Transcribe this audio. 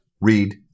read